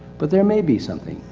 but there may be something,